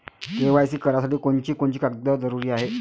KYC करासाठी कोनची कोनची कागद जरुरी हाय?